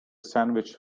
sandwich